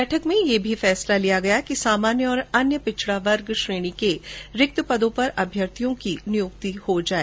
बैठक में यह भी निर्णय लिया गया कि सामान्य और अन्य पिछड़ा वर्ग श्रेणी के रिक्त पदों पर अभ्यर्थियों को नियुक्ति दी जाए